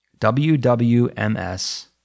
WWMS